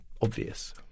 obvious